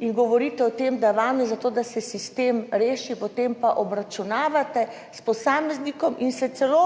in govorite o tem, da vam je za to, da se sistem reši, potem pa obračunavate s posameznikom in se celo